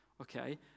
okay